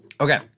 Okay